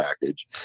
package